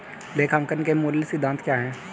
लेखांकन के मूल सिद्धांत क्या हैं?